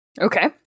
Okay